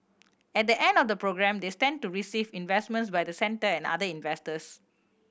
at the end of the programme they stand to receive investments by the centre and other investors